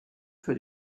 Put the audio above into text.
für